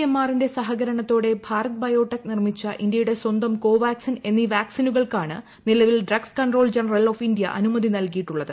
എംഷ്ട്രറീന്റെ സഹകരണത്തോടെ ഭാരത് ബയോടെക് നിർമ്മിച്ച ഇത്പൂയുടെ സ്വന്തം കോവാക്സിൻ എന്നീ വാക്സിനുകൾക്കാണ് നില്പ്പിൽ drugs controller general of India അനുമതി നൽകിയിട്ടുള്ളത്